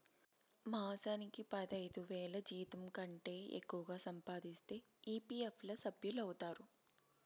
మాసానికి పదైదువేల జీతంకంటే ఎక్కువగా సంపాదిస్తే ఈ.పీ.ఎఫ్ ల సభ్యులౌతారు